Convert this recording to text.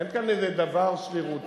אין כאן איזה דבר שרירותי,